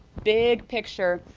big picture.